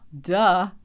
duh